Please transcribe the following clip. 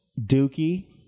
Dookie